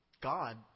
God